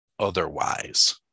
Otherwise